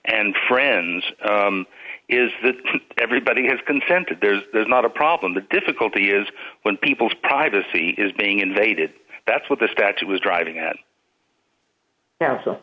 and friends is that everybody has consented there's not a problem the difficulty is when people's privacy is being invaded that's what the statute was driving at